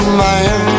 man